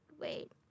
wait